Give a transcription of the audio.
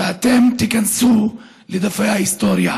ואתם תיכנסו לדפי ההיסטוריה.